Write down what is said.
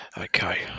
Okay